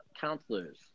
counselors